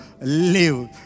live